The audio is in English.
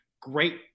great